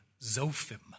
Zophim